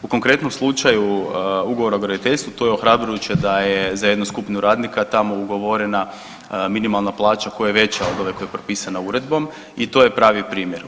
U konkretnom slučaju, ugovora o graditeljstvu, to je ohrabrujuće da je za jednu skupinu radnika tamo ugovorena minimalna plaća koja je veća od ove koja je propisana uredbom i to je pravi primjer.